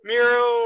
Miro